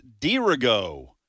dirigo